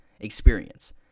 experience